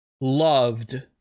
loved